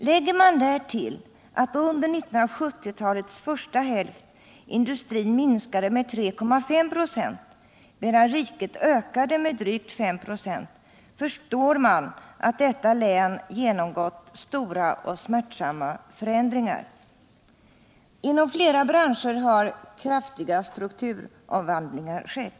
Lägger man därtill att under 1970-talets första hälft industrin i länet minskade med 3,5 26, medan den i riket som helhet ökade med 5 ?6, förstår man att detta län genomgått stora och smärtsamma förändringar. Inom flera branscher har kraftiga strukturomvandlingar skett.